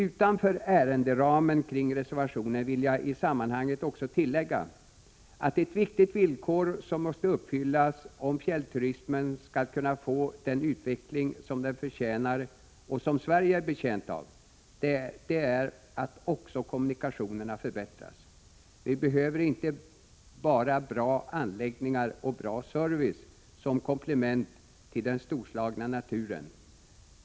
Utanför ärenderamen kring reservationen vill jag i sammanhanget tillägga att ett viktigt villkor, som måste uppfyllas om fjällturismen skall kunna få den utveckling som den förtjänar och som Sverige är betjänt av, är att också kommunikationerna förbättras. Vi behöver inte bara bra anläggningar och bra service som komplement till den storslagna naturen.